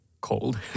cold